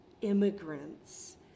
immigrants